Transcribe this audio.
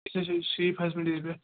أسۍ حظ چھِ شیٖپ ہسبنٛڈری پٮ۪ٹھ